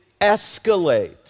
escalate